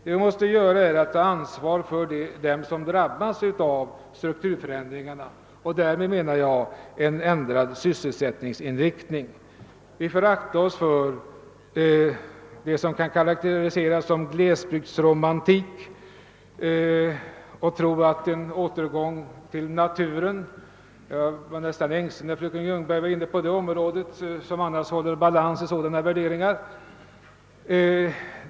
Vad vi måste göra är att ta ansvar för dem som drabbas av strukturförändringarna — och därmed menar jag en ändrad sysselsättningsinriktning. Vi får akta oss för vad som kan karakteriseras som glesbygdsromantik med bara en strävan: en återgång till naturen. Jag blev nästan ängslig när fröken Ljungberg kom in på det området; hon är annars alltid balanserad i sina värderingar.